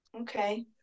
Okay